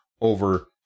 over